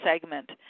segment